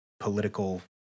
political